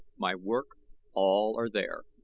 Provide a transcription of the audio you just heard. my work all are there.